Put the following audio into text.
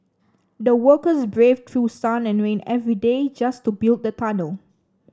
the workers braved through sun and rain every day just to build the tunnel